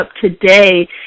today